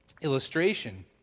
illustration